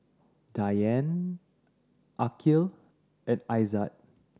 Dian Aqil and Aizat